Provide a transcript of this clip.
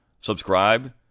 subscribe